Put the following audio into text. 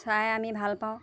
চাই আমি ভাল পাওঁ